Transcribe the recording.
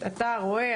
אתה רואה,